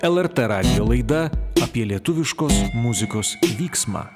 lrt radijo laida apie lietuviškos muzikos vyksmą